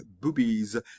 boobies